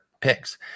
picks